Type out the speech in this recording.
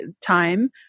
time